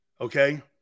okay